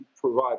provide